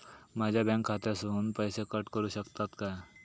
माझ्या बँक खात्यासून पैसे कट करुक शकतात काय?